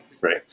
right